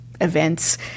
events